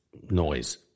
noise